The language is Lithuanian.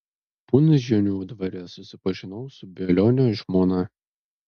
punžionių dvare susipažinau su bielionio žmona